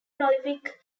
prolific